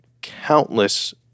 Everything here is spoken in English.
countless